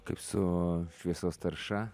kaip su šviesos tarša